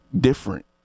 different